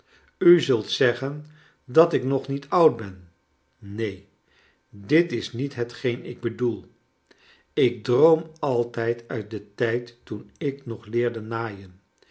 u zult zeggen dat ik nog niet oud ben neen dit is niet hetgeen ik bedoel ik droom altijd uit den tijd toen ik nog leerde naaien